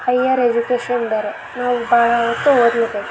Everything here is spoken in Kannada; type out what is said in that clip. ಹೈಯರ್ ಎಜುಕೇಷನ್ ಬೇರೆ ನಾವು ಭಾಳ ಹೊತ್ತು ಓದ್ಲೇಬೇಕು